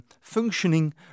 functioning